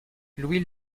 louis